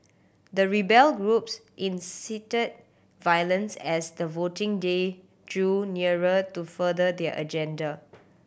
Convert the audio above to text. the rebel groups incited violence as the voting day drew nearer to further their agenda